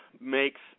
makes